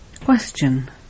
Question